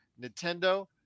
nintendo